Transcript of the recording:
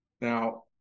Now